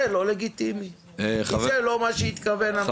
זה לא לגיטימי וזה לא מה שהתכוון המחוקק.